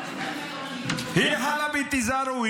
היא חלבית, תיזהרו.